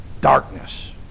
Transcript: darkness